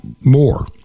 more